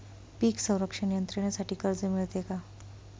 पीक संरक्षण यंत्रणेसाठी कर्ज मिळते का?